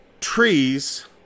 trees